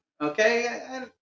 okay